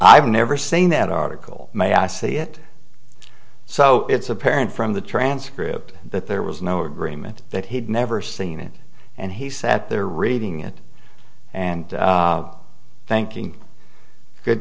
i've never seen that article may i say it so it's apparent from the transcript that there was no agreement that he'd never seen it and he sat there reading it and thinking good